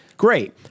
Great